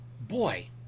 boy